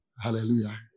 hallelujah